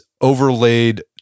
overlaid